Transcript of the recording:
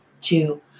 Two